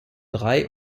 drei